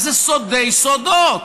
אז זה סודי סודות.